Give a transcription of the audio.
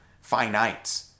finite